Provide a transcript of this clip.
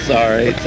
Sorry